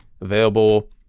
Available